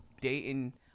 Dayton